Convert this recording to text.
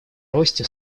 росте